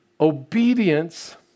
Obedience